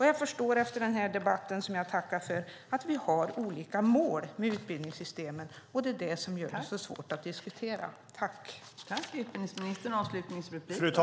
Jag förstår efter den här debatten, som jag tackar för, att vi har olika mål med utbildningssystemet. Det är det som gör det så svårt att diskutera detta.